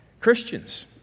Christians